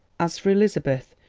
as for elizabeth,